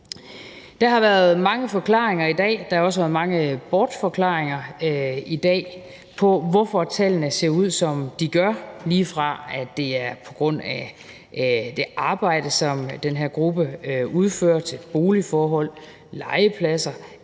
Der har været mange forklaringer, og der har også været mange bortforklaringer, i dag på, hvorfor tallene ser ud, som de gør, lige fra at det er på grund af det arbejde, som den her gruppe udfører, til boligforhold og legepladser.